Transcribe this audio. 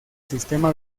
sistema